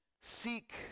Seek